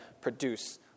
produce